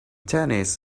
tennis